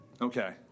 Okay